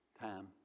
time